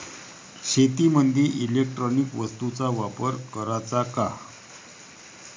शेतीमंदी इलेक्ट्रॉनिक वस्तूचा वापर कराचा का?